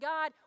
God